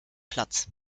platz